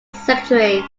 secretary